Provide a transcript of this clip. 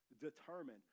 determine